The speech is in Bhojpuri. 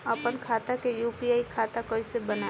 आपन खाता के यू.पी.आई खाता कईसे बनाएम?